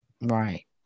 Right